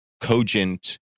cogent